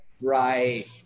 Right